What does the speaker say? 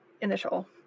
initial